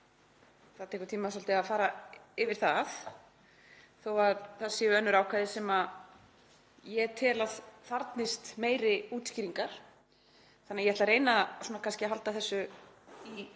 Það tekur tíma að fara yfir það þó að það séu önnur ákvæði sem ég tel að þarfnist meiri útskýringar þannig að ég ætla að reyna að halda þessu í